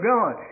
God